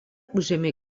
užėmė